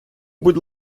будь